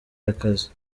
y’akazi